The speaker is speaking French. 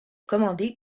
commander